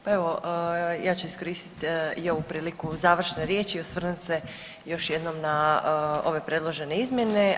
Pa evo ja ću iskoristiti i ovu priliku završne riječi i osvrnut se još jednom na ove predložene izmjene.